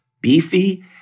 beefy